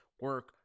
Work